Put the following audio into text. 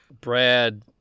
Brad